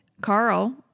Carl